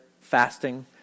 fasting